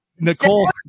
Nicole